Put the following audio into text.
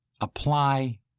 apply